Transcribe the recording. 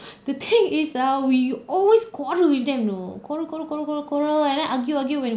the thing is ah we always quarrel with them you know quarrel quarrel quarrel quarrel quarrel and then argue argue when